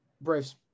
Braves